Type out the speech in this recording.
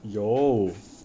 有